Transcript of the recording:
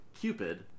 Cupid